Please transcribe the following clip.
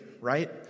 right